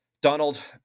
Donald